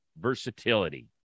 versatility